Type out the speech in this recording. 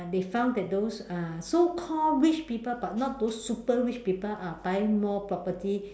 they found that those uh so called rich people but not those super rich people are buying more property